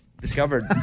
discovered